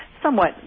somewhat